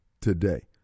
today